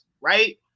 right